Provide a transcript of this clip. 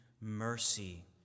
mercy